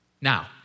Now